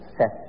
set